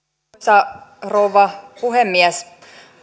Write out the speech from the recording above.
arvoisa rouva puhemies